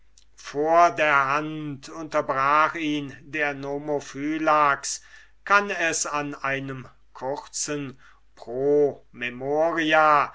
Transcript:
vor der hand unterbrach ihn der nomophylax kann es an einem kurzen